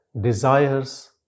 desires